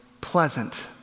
Pleasant